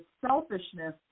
selfishness